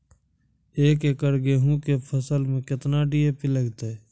एक एकरऽ गेहूँ के फसल मे केतना डी.ए.पी लगतै?